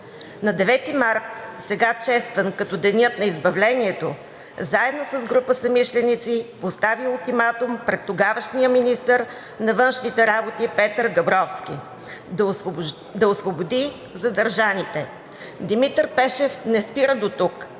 На 9 март – сега честван като Деня на избавлението, заедно с група съмишленици поставя ултиматум пред тогавашния министър на външните работи Петър Габровски да освободи задържаните. Димитър Пешев не спира дотук.